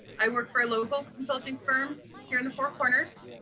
i work for a local consulting firm here in the four corners,